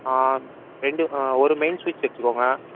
ரெண்டு ஒரு மெயின் ஸ்விட்ச் வச்சுக்கோங்க